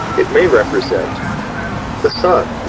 it may represent the sun,